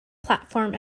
platform